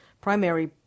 primary